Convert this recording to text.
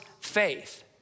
faith